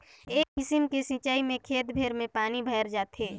ए किसिम के सिचाई में खेत भेर में पानी भयर जाथे